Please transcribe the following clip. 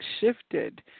shifted